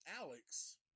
Alex